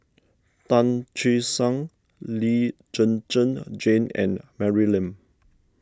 Tan Che Sang Lee Zhen Zhen Jane and Mary Lim